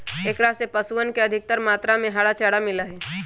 एकरा से पशुअन के अधिकतर मात्रा में हरा चारा मिला हई